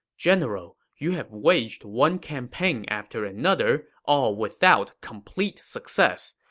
general, you have waged one campaign after another, all without complete success.